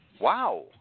wow